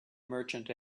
merchant